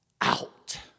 out